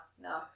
no